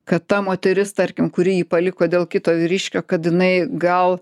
kad ta moteris tarkim kuri jį paliko dėl kito vyriškio kad jinai gal